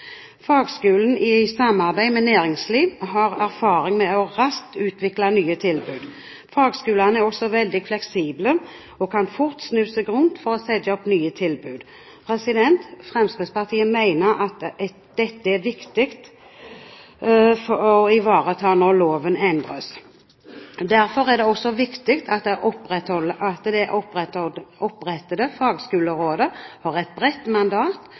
erfaring med raskt å utvikle nye tilbud. Fagskolene er også veldig fleksible og kan fort snu seg rundt for å sette opp nye tilbud. Fremskrittspartiet mener at dette er viktig å ivareta når loven endres. Derfor er det også viktig at det opprettede fagskolerådet får et bredt mandat,